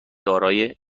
دارای